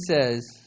says